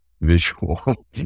visual